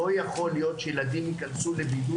לא יכול להיות שילדים ייכנסו לבידוד